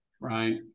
right